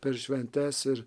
per šventes ir